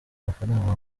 amafaranga